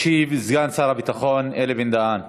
ישיב סגן שר הביטחון אלי בן-דהן.